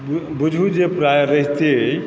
बुझु जे प्रायःरहिते अछि